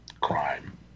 Crime